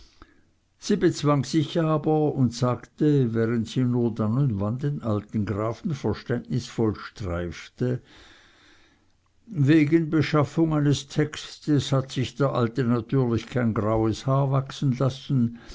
sie bezwang sich aber und sagte während sie nur dann und wann den alten grafen verständnisvoll streifte wegen beschaffung eines textes hat sich der alte natürlich kein graues haar wachsen lassen